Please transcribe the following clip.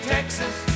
Texas